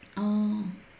oh